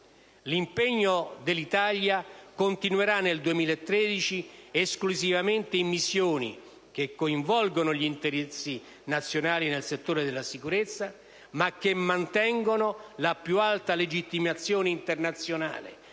L'impegno dell'Italia continuerà nel 2013 esclusivamente in missioni che coinvolgono gli interessi nazionali nel settore della sicurezza ma che mantengono la più alta legittimazione internazionale,